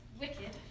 wicked